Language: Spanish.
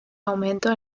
aumento